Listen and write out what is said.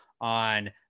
on